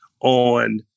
on